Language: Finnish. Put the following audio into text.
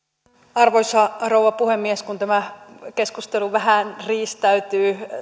arvoisa rouva puhemies kun tämä keskustelu vähän riistäytyy